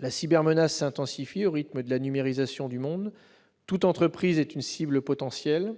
La cybermenace s'intensifie au rythme de la numérisation du monde, et toute entreprise est une cible potentielle.